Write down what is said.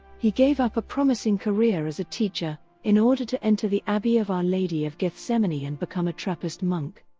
he gave up a promising career as a teacher in order to enter the abbey of our lady of gethsemani and become a trappist monk.